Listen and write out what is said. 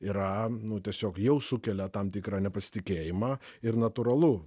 yra tiesiog jau sukelia tam tikrą nepasitikėjimą ir natūralu